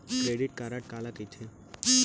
Credit card काला कहिथे?